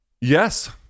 Yes